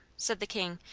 said the king,